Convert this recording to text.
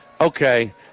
okay